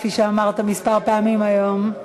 כפי שאמרת כמה פעמים היום.